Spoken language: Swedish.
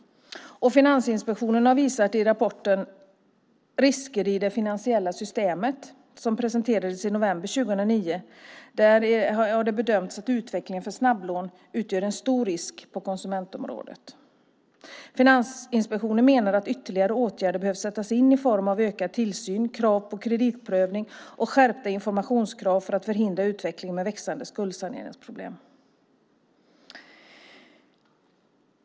Finansinspektionen har visat i rapporten Risker i det finansiella systemet som presenterades i november 2009 att det har bedömts att utvecklingen för snabblån utgör en stor risk på konsumentområdet. Finansinspektionen menar att ytterligare åtgärder behöver sättas in i form av ökad tillsyn, krav på kreditprövning och skärpta informationskrav för att förhindra utvecklingen med växande skuldsaneringsproblem.